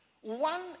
One